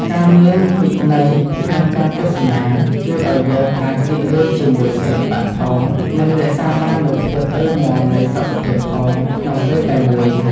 ការមានវិន័យក្នុងការទស្សនាជួយឱ្យយើងអាចរីករាយជាមួយសិល្បៈផងនិងរក្សាបាននូវភាពរឹងមាំនៃសុខភាពផងក្នុងពេលតែមួយ។